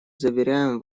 заверяем